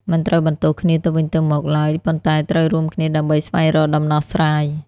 មិនត្រូវបន្ទោសគ្នាទៅវិញទៅមកឡើយ ប៉ុន្តែត្រូវរួមគ្នាដើម្បីស្វែងរកដំណោះស្រាយ។